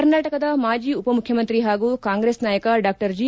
ಕರ್ನಾಟಕದ ಮಾಜಿ ಉಪಮುಖ್ಯಮಂತ್ರಿ ಹಾಗೂ ಕಾಂಗ್ರೆಸ್ ನಾಯಕ ಡಾ ಜಿ